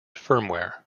firmware